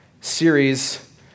series